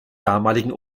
damaligen